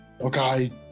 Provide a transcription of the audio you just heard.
Okay